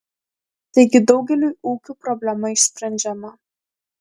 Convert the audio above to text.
taigi daugeliui ūkių problema išsprendžiama